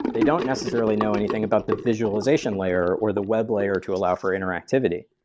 they don't necessarily know anything about the visualization layer, or the web layer to allow for interactivity.